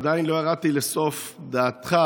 עדיין לא ירדתי לסוף דעתך,